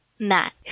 Matt